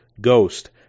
Ghost